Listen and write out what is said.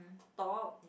top